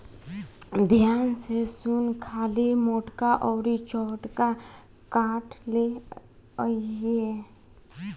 ध्यान से सुन खाली मोटका अउर चौड़का काठ ले अइहे